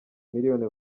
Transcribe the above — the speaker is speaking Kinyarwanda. miliyoni